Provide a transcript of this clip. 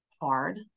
hard